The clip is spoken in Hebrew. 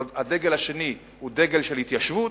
הדגל השני הוא דגל של התיישבות,